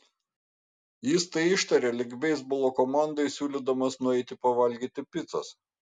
jis tai ištarė lyg beisbolo komandai siūlydamas nueiti pavalgyti picos